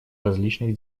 различных